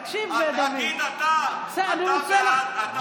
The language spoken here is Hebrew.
תגיד, אתה בעד שהם יחזירו?